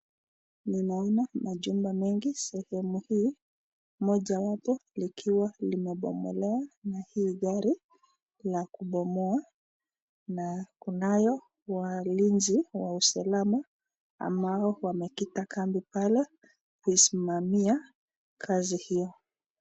Ninaona majumba mengi sehemu hii moja wapo likiwa limebomolewa na hii gari la kubomoa na kunayo walinzi wa usalama ambao wamekita kambi pale kuisimamia kazi hiyo.